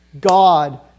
God